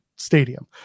stadium